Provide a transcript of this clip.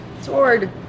Sword